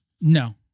No